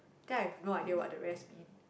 then I have no idea what the rest mean